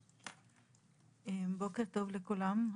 בוקר טוב לכולם.